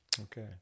Okay